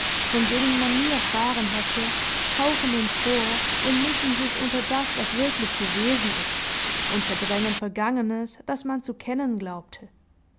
von denen man nie erfahren hätte tauchen empor und mischen sich unter das was wirklich gewesen ist und verdrängen vergangenes das man zu kennen glaubte